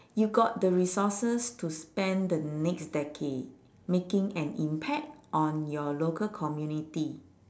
you've got the resources to spend the next decade making an impact on your local community